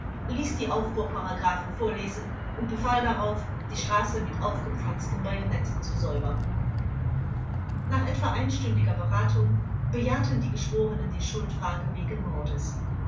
ließ die aufruhrparagraphen vorlesen und befahl darauf die straße mit aufgepflanztem bajonett zu säubern nach etwa einstündiger beratung bejahten die geschworenen die schuldfrage wegen mordes